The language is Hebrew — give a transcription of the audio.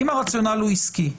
אם הרציונל הוא עסקי,